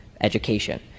education